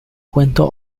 cuento